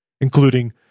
including